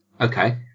Okay